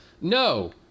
no